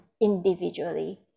individually